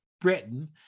Britain